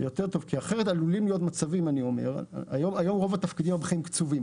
רוב התפקידים הבכירים היום הם קצובים,